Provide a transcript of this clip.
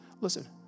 listen